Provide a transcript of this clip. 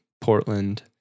Portland